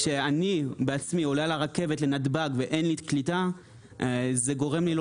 כשאני עולה לרכבת בנתב"ג ואין לי קליטה זה גורם לי לא